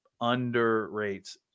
Underrates